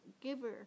giver